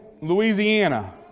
Louisiana